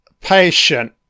patient